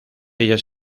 ellas